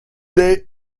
they